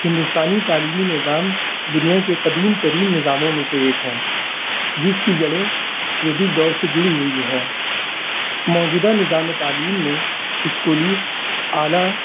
ہندوستانی تعلیمی نظام دنیا کے قدیم ترین نظاموں میں سے ایک ہیں جس کی جڑیں ویدک دور سے جڑی ہوئی ہیں موجودہ نظام تعلیم میں اسکولی اعلیٰ